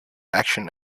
action